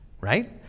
right